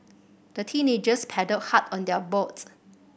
the teenagers paddled hard on their boats